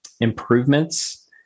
improvements